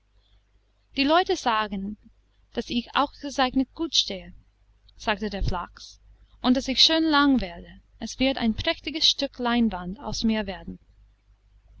die leute sagen daß ich ausgezeichnet gut stehe sagte der flachs und daß ich schön lang werde es wird ein prächtiges stück leinwand aus mir werden